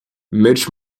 mitch